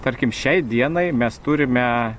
tarkim šiai dienai mes turime